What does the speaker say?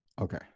okay